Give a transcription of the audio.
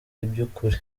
by’ukuri